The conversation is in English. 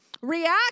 react